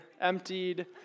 emptied